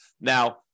Now